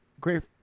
great